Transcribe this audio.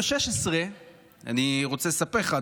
אני רוצה לספר לך,